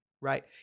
right